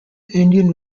indian